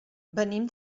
venim